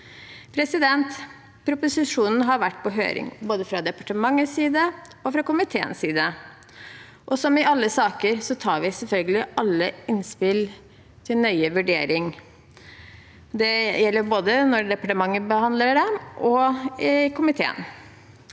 4103 Proposisjonen har vært på høring, både fra departementets side og fra komiteens side. Som i alle saker tar vi selvfølgelig alle innspill til nøye vurdering. Det gjelder både når departementet behandler dem, og i komiteen.